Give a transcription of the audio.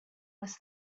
was